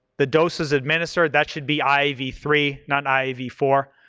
the doses administered, that should be i v three not i v four.